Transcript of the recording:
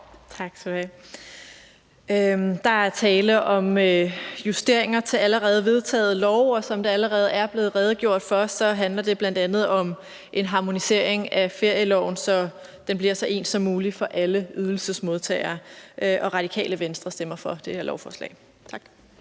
Tak skal du have. Der er tale om justeringer til allerede vedtagne love, og som der allerede er blevet redegjort for, handler det bl.a. om en harmonisering af ferieloven, så den bliver så ens som muligt for alle ydelsesmodtagere. Radikale Venstre stemmer for det her lovforslag. Tak.